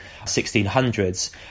1600s